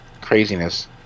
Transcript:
Craziness